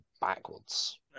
backwards